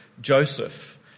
Joseph